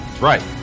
right